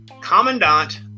commandant